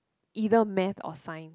either Math or Science